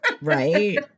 Right